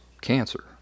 cancer